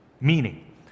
Meaning